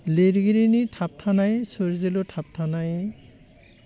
लिरगिरिनि थाबथानाय सोरजिलु थाबथानाय आह